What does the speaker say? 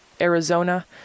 Arizona